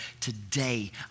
Today